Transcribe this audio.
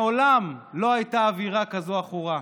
מעולם לא הייתה אווירה עכורה כזאת.